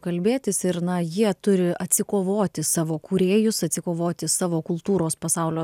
kalbėtis ir na jie turi atsikovoti savo kūrėjus atsikovoti savo kultūros pasaulio